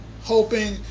hoping